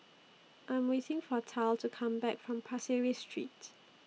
I Am waiting For Tal to Come Back from Pasir Ris Street